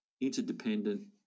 interdependent